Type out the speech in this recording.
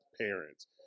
parents